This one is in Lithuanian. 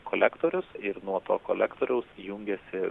kolektorius ir nuo to kolektoriaus jungiasi